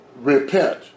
Repent